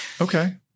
Okay